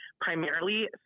primarily